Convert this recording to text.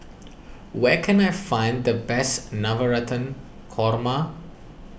where can I find the best Navratan Korma